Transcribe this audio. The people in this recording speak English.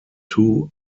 two